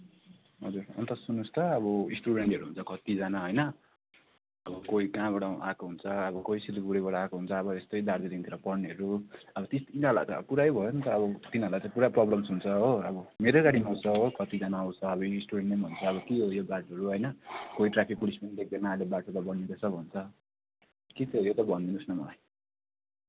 हजुर अन्त सुन्नोस् त अब स्टुडेन्टहरू हुन्छ कतिजना होइन अब कोही कहाँबाट आएको हुन्छ अब कोही सिलगढीबाट आएको हुन्छ अब यस्तै दार्जिलिङतिर पढ्नेहरू अब त्यस यिनीहरूलाई त पुरै भयो नि त अब तिनीहरूलाई चाहिँ पुरा प्रोब्लेम्स हुन्छ हो अब मेरै गाडीमा आउँछ हो कतिजना आउँछ अब स्टुडेन्टले पनि भन्छ अब के हो यो बाटोहरू होइन कोही ट्राफिक पुलिस पनि देख्दैन अहिले बाटो त बनिँदैछ भन्छ के छ यो त भनिदिनोस् न मलाई